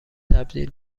تبدیل